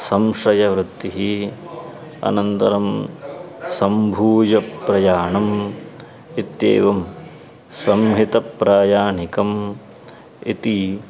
संशयवृत्तिः अनन्तरं सम्भूयप्रयाणम् इत्येवं संहितप्रायाणिकम् इति